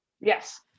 Yes